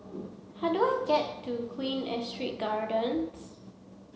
how do I get to Queen Astrid Gardens